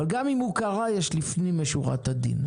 אבל גם אם הוא קרה, יש לפנים משורת הדין.